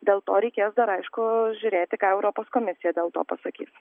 dėl to reikės dar aišku žiūrėti ką europos komisija dėl to pasakys